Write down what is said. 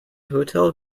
hotel